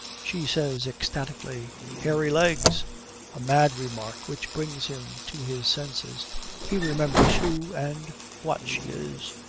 she says ecstatically hairy legs a mad remark, which brings him to his senses he remembers who and what she is.